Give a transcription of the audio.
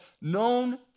known